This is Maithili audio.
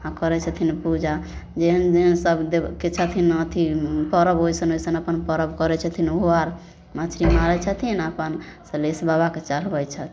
आओर करै छथिन पूजा एहनमे सब देवके छथिन अथी परब होइ छनि अपन परब करै छथिन ओहो आओर मछरी मारै छथिन आओर अपन सलहेस बाबाके चढ़बै छथिन